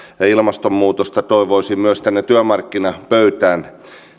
ja ilmastonmuutosta toivoisin myös tänne työmarkkinapöytään